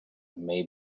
may